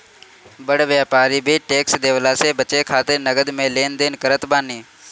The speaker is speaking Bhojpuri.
बड़ व्यापारी भी टेक्स देवला से बचे खातिर नगद में लेन देन करत बाने